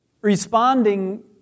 responding